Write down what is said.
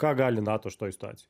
ką gali nato šitoj situacijoj